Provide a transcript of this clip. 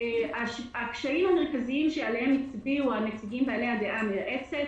הקשיים המרכזיים שעליהם הצביעו הנציגים בעלי הדעה המייעצת